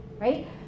right